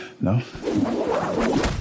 No